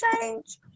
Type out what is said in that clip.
change